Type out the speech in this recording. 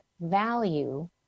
value